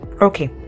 Okay